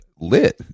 lit